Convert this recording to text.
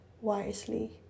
wisely